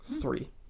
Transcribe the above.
Three